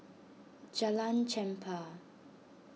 Jalan Chempah